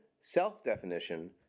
self-definition